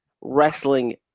wrestling